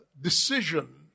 decision